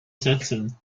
sätzen